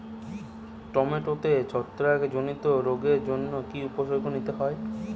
টমেটোতে ছত্রাক জনিত রোগের জন্য কি উপসর্গ নিতে হয়?